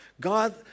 God